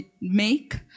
make